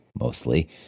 mostly